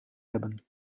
hebben